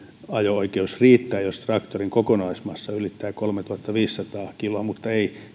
ajo oikeus riittää jos traktorin kokonaismassa ylittää kolmetuhattaviisisataa kiloa mutta ei